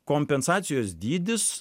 kompensacijos dydis